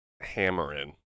hammering